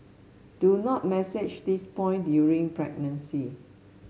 do not massage this point during pregnancy